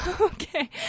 okay